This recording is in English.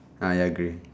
ah ya grey